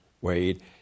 Wade